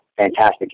fantastic